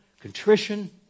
contrition